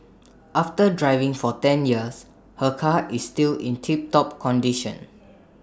after driving for ten years her car is still in tiptop condition